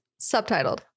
subtitled